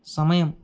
సమయం